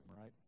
right